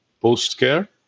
post-care